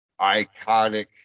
iconic